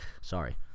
sorry